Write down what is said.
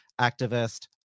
activist